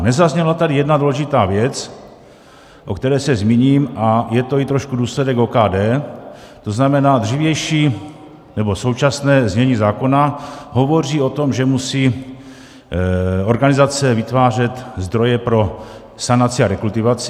Nezazněla tady jedna důležitá věc, o které se zmíním, a je to i trošku důsledek OKD, to znamená, dřívější nebo současné znění zákona hovoří o tom, že musí organizace vytvářet zdroje pro sanaci a rekultivaci.